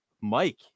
Mike